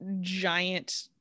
giant